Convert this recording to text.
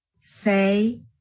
say